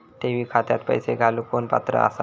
ठेवी खात्यात पैसे घालूक कोण पात्र आसा?